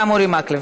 גם אורי מקלב.